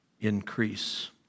increase